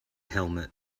helmet